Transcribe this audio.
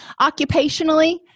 Occupationally